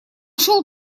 шел